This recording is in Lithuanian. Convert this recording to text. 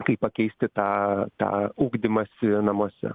kaip pakeisti tą tą ugdymąsi namuose